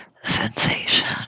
sensation